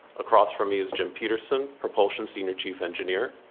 across from me is jim peterson, propulsion senior chief engineer.